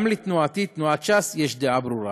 גם לתנועתי, תנועת ש"ס, יש דעה ברורה.